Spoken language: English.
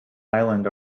island